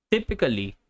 Typically